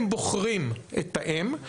הם בוחרים את האם.